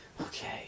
okay